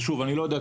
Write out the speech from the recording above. שוב, אני לא יודע.